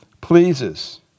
pleases